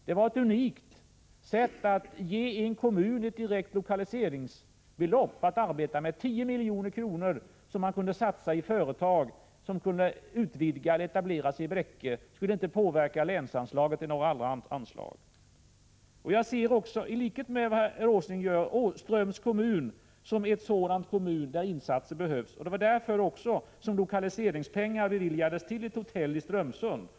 Det var ett unikt sätt att ge en kommun ett direkt lokaliseringsbelopp — 10 milj.kr. som man kunde satsa på etablering och utvidgning av företag i Bräcke utan att detta skulle påverka länsanslaget eller några andra anslag. Jag ser ilikhet med herr Åsling också Ströms kommun som en kommun där sådana insatser behövs. Det var också därför som lokaliseringsmedel beviljades till ett hotell i Strömsund.